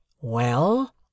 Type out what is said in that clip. Well